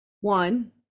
one